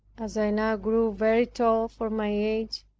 as i now grew very tall for my age,